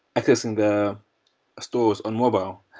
i guess, in the stores, on mobile.